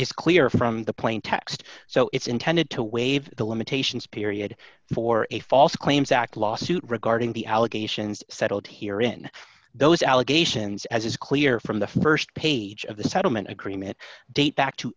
is clear from the plain text so it's intended to waive the limitations period for a false claims act lawsuit regarding the allegations settled here in those allegations as is clear from the st page of the settlement agreement date back to